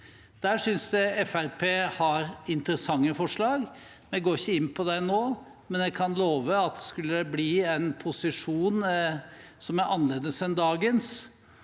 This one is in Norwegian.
Der synes jeg Fremskrittspartiet har interessante forslag. Jeg går ikke inn på dem nå, men jeg kan love at skulle det bli en posisjon som er annerledes enn dagens,